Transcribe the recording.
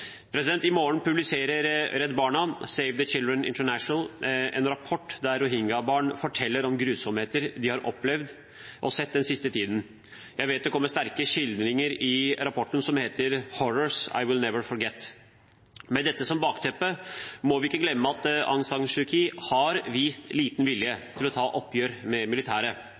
I morgen publiserer Redd Barna, Save the Children International, en rapport der rohingya-barn forteller om grusomheter de har opplevd og sett den siste tiden. Jeg vet det kommer sterke skildringer i rapporten, som heter «Horrors I will never forget». Med dette som bakteppe må vi ikke glemme at Aung San Suu Kyi har vist liten vilje til å ta et oppgjør med